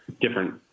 different